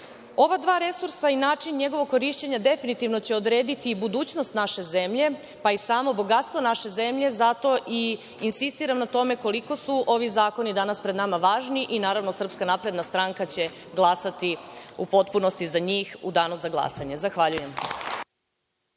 dva resursa i način njihovog korišćenja definitivno će odrediti budućnost naše zemlje, pa i samo bogatstvo naše zemlje i zato insistiram na tome koliko su ovi zakoni pred nama važni i SNS će u glasati u potpunosti za njih u danu za glasanje. Zahvaljujem.